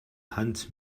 hand